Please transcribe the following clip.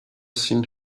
seen